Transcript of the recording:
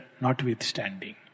notwithstanding